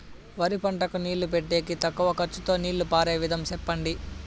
వరి పంటకు నీళ్లు పెట్టేకి తక్కువ ఖర్చుతో నీళ్లు పారే విధం చెప్పండి?